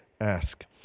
ask